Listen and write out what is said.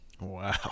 wow